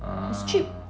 it's cheap